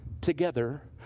together